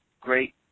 great